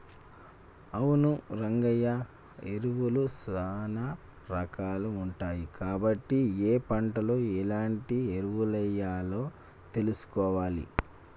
అవును రంగయ్య ఎరువులు సానా రాకాలు ఉంటాయి కాబట్టి ఏ పంటలో ఎలాంటి ఎరువులెయ్యాలో తెలుసుకోవాలి